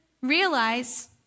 realize